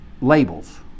labels